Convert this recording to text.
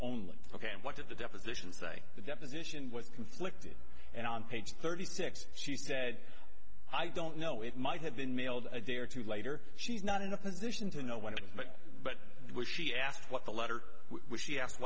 only ok and what did the deposition say the deposition was conflicted and on page thirty six she said i don't know it might have been mailed a day or two later she's not in a position to know what to do but but when she asked what the letter was she asked